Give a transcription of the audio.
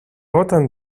όταν